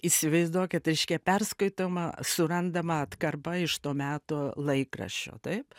įsivaizduokit reiškia perskaitoma surandama atkarpa iš to meto laikraščio taip